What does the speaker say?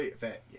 fat